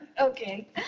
Okay